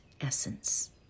essence